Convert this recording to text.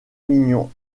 mignon